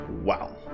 Wow